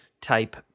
type